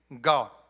God